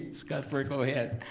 ms. cuthbert, go ahead.